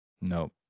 Nope